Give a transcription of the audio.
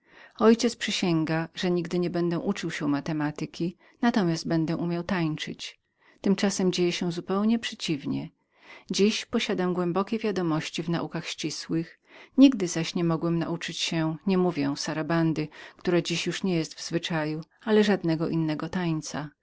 ojciec zaprzysięga się że nigdy nie będę uczył się matematyki ale natomiast będę umiał tańcować tymczasem stało się zupełnie przeciwnie dziś posiadam głębokie wiadomości w naukach ścisłych nigdy zaś niemogłem nauczyć się niemówię sarabandy która dziś już nie jest w zwyczaju ale żadnego innego tańca